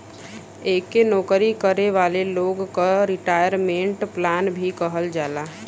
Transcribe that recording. एके नौकरी करे वाले लोगन क रिटायरमेंट प्लान भी कहल जाला